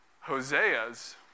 Hosea's